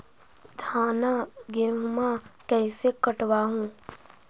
धाना, गेहुमा कैसे कटबा हू?